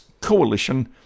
coalition